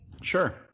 Sure